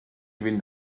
fynd